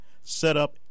Setup